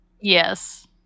Yes